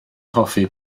hoffi